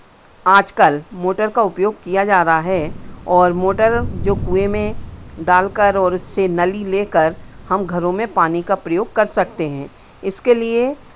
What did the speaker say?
आज कल मोटर का उपयोग किया जा रहा है और मोटर जो कुएँ में डाल कर और इससे नली ले कर हम घरों में पानी का प्रयोग कर सकते हैं इसके लिए